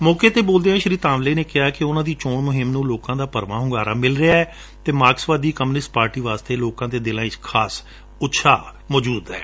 ਮੌਕੇ ਤੇ ਬੋਲਦਿਆਂ ਸ੍ਰੀ ਧਾਂਵਲੇ ਨੇ ਕਿਹਾ ਕਿ ਉਨ੍ਹਾਂ ਦੀ ਚੋਣ ਮੁਹਿੰਮ ਨੂੰ ਲੋਕਾਂ ਦਾ ਭਰਵਾਂ ਹੁੰਗਾਰਾ ਮਿਲ ਰਿਹੈ ਅਤੇ ਮਾਰਕਸਵਾਦੀ ਕਮਿਉਨਿਸਟ ਪਾਰਟੀ ਵਾਲੇ ਲੋਕਾ ਦੇ ਦਿਲਾਂ ਵਿਚ ਖਾਸ ਉਤਸ਼ਾਹ ਏ